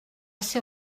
ser